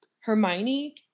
Hermione